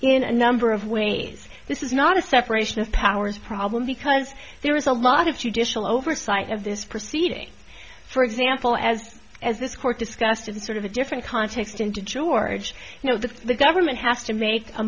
in a number of ways this is not a separation of powers problem because there was a lot of judicial oversight of this proceeding for example as as this court discussed in sort of a different context into george you know that the government has to make a